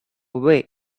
away